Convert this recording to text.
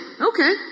Okay